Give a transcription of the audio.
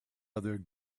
other